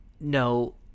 no